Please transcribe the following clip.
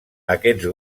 aquests